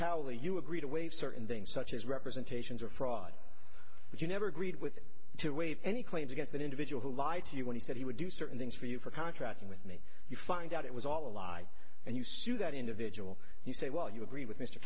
crowley you agree to waive certain things such as representations or fraud which you never agreed with to waive any claims against that individual who lied to you when he said he would do certain things for you for contracting with me you find out it was all a lie and you sue that individual you say well you agree with m